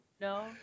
no